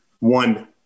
One